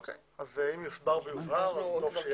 אוקי, אז אם יוסבר ויובהר, טוב שיהיה כך.